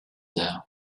there